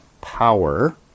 power